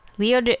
Leo